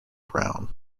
brown